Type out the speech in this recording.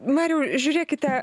mariau žiūrėkite